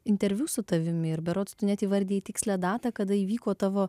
interviu su tavimi ir berods tu net įvardijai tikslią datą kada įvyko tavo